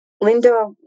Linda